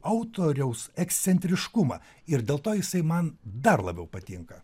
autoriaus ekscentriškumą ir dėl to jisai man dar labiau patinka